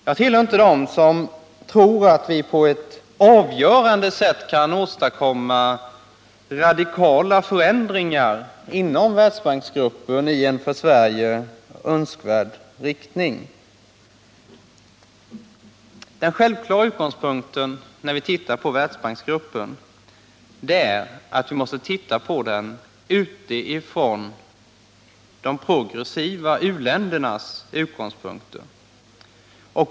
Jag tillhör inte dem som tror att vi på ett avgörande sätt kan åstadkomma radikala förändringar inom Världsbanksgruppen i en för Sverige önskvärd riktning. Den självklara förutsättningen när vi ser på Världsbanksgruppen är att vi måste göra det utifrån de progressiva u-ländernas utgångspunkter.